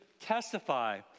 testify